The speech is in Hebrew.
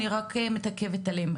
אני רק מתעכבת עליהם.